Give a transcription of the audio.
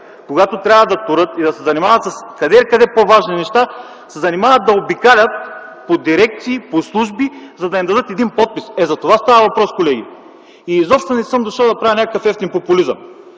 когато трябва да сеят, да торят и да се занимават с къде-къде по-важни неща, се разкарват да обикалят по дирекции, по служби, за да им дадат един подпис. Ето за това става въпрос, колеги. Изобщо не съм дошъл за да правя някакъв евтин популизъм.